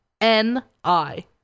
N-I